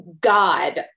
God